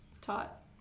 taught